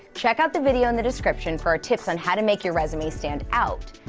check out the video in the description for our tips on how to make your resume stand out!